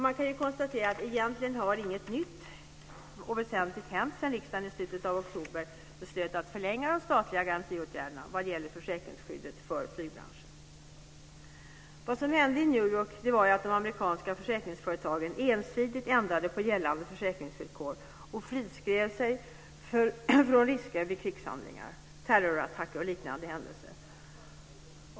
Man kan konstatera att egentligen har inget nytt och väsentligt hänt sedan riksdagen i slutet av oktober beslöt att förlänga det statliga garantiåtagandet vad gäller försäkringsskyddet för flygbranschen. Vad som hände i New York var att de amerikanska försäkringsföretagen ensidigt ändrade på gällande försäkringsvillkor och friskrev sig från risker vid krigshandlingar, terrorattacker och liknande händelser.